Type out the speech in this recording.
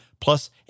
plus